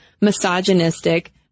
misogynistic